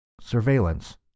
Surveillance